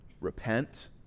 repent